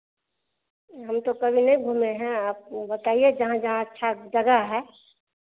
हम तो कभी नहीं घूमे हैं आप बताइए जहाँ जहाँ अच्छा जगह है